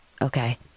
Okay